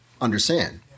understand